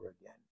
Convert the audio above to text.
again